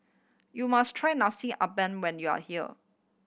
you must try Nasi Ambeng when you are here